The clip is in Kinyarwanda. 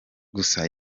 gusa